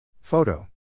Photo